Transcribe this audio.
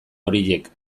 horiek